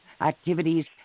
activities